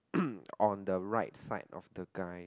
on the right side of the guy